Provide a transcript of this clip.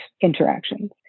interactions